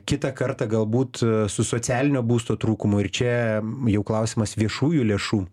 kitą kartą galbūt su socialinio būsto trūkumu ir čia jau klausimas viešųjų lėšų